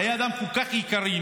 חיי אדם כל כך יקרים,